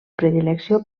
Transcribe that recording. predilecció